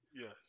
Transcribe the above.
Yes